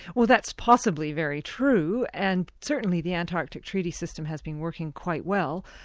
well that's possibly very true, and certainly the antarctic treaty system has been working quite well.